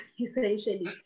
essentially